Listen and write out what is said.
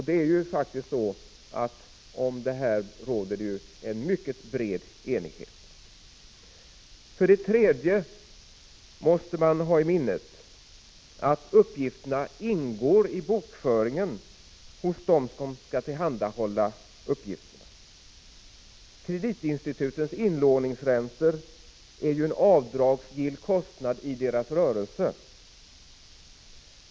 Det är faktiskt också så att det råder en mycket bred enighet om detta. För det tredje måste man ha i minnet att uppgifterna ingår i bokföringen hos dem som skall tillhandahålla uppgifterna. Kreditinstitutens inlåningsräntor är ju en avdragsgill kostnad i deras rörelse.